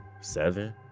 seven